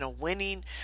winning